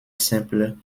simple